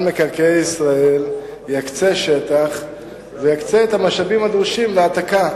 מקרקעי ישראל יקצה שטח ויקצה את המשאבים הדרושים להעתקה.